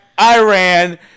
Iran